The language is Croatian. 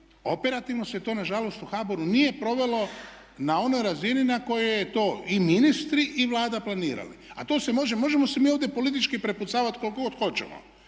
operativno se to nažalost u HBOR-u nije provelo na onoj razini na kojoj je to i ministri i Vlada planirali. Možemo se mi ovdje politički prepucavati koliko god hoćemo,